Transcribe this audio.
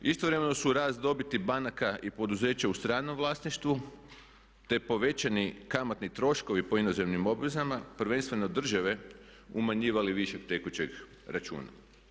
Istovremeno su rast dobiti banaka i poduzeća u stranom vlasništvu, te povećani kamatni troškovi po inozemnim obvezama prvenstveno države umanjivali višak tekućeg računa.